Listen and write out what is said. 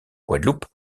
guadeloupe